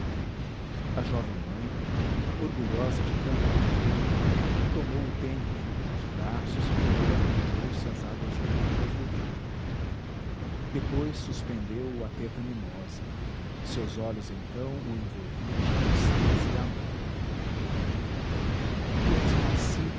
a jovem mãe orgulhosa de tanta ventura tomou o tenro filho nos braços e com ele arrojou-se às águas límpidas do rio depois suspendeu o à teta mimosa seus olhos então o envolviam de tristeza e amor tu és moacir